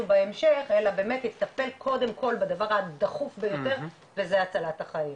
בהמשך אלא באמת קודם כל לטפל בדבר הדחוף ביותר וזה הצלת החיים.